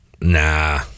Nah